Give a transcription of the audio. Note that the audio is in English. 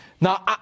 Now